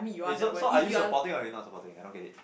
wait so so are you supporting or you not supporting I don't get it